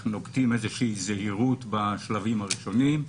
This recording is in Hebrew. אנחנו נוקטים איזושהי זהירות בשלבים הראשונים,